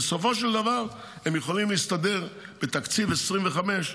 בסופו של דבר, הם יכולים להסתדר בתקציב 2025,